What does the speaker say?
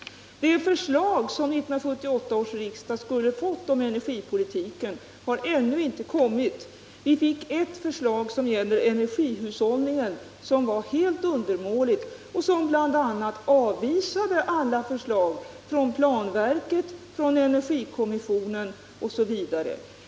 Det förslag till energipolitik som 1978 års riksdag skulle ha fått har ännu inte kommit. Vi fick ert förslag som gäller energihushållningen, men det var helt undermåligt och avvisade bl.a. alla förslag från planverket, från energikommissionen osv.